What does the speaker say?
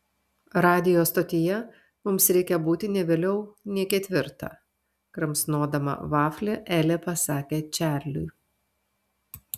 radijo stotyje mums reikia būti ne vėliau nei ketvirtą kramsnodama vaflį elė pasakė čarliui